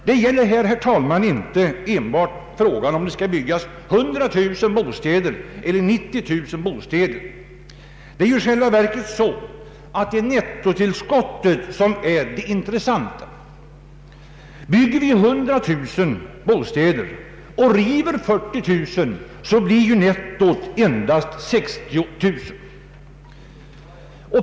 Det gäller här, herr talman, inte bara frågan om det skall byggas 100 000 eller 90 000 bostäder, utan det är i själva verket nettotillskottet som är det intressanta. Bygger vi 100000 bostäder och river 40 000, blir ju nettot endast 60 000.